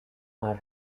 are